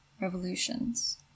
revolutions